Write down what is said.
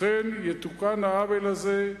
אכן יתוקן העוול הזה,